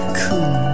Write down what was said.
cool